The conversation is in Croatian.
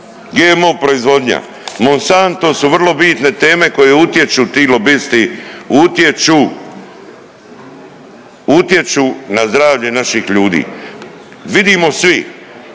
GMO proizvodnja, Monsanto su vrlo bitne teme koje utječu ti lobisti, utječu, utječu na zdravlje naših ljudi. Vidimo svi,